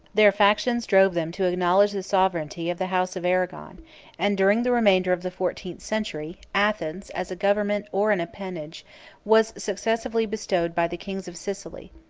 their factions drove them to acknowledge the sovereignty of the house of arragon and during the remainder of the fourteenth century, athens, as a government or an appanage, was successively bestowed by the kings of sicily.